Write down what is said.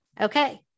Okay